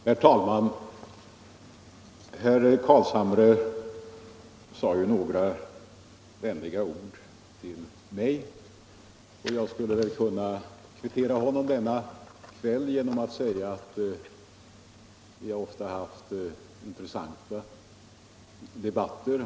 Herr talman! Herr Carlshamre sade några vänliga ord till mig. Jag skulle kunna kvittera det genom att säga att vi ofta har haft intressanta debatter.